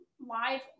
live